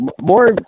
More